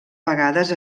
vegades